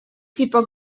типа